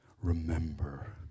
remember